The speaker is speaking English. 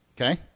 Okay